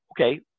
okay